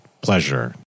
pleasure